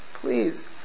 Please